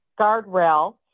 guardrail